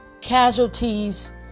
casualties